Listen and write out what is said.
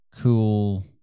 cool